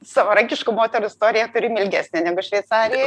savarankiškų moterų istoriją turim ilgesnę negu šveicarijoj